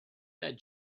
that